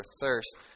thirst